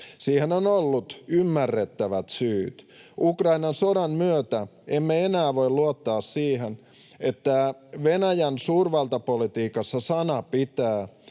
Siihen on ollut ymmärrettävät syyt. Ukrainan sodan myötä emme enää voi luottaa siihen, että Venäjän suurvaltapolitiikassa sana pitää